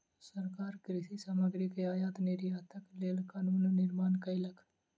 सरकार कृषि सामग्री के आयात निर्यातक लेल कानून निर्माण कयलक